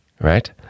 Right